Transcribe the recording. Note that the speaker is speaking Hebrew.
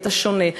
ואת השונה,